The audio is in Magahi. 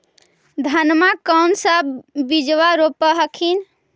धनमा कौन सा बिजबा रोप हखिन?